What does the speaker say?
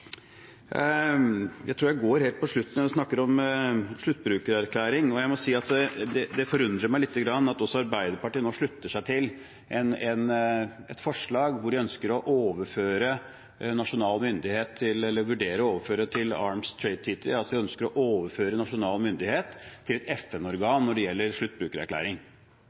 jeg tror jeg går helt til slutten og snakker om sluttbrukererklæring. Jeg må si at det forundrer meg lite grann at også Arbeiderpartiet nå slutter seg til et forslag hvor de vurderer å overføre nasjonal myndighet til Arms Trade Treaty, at de ønsker å overføre nasjonal myndighet til et FN-organ når det gjelder sluttbrukererklæring.